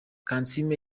kansiime